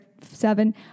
seven